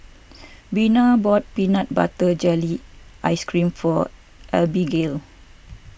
Vena bought Peanut Butter Jelly Ice Cream for Abigail